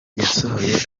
yasohoye